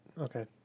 Okay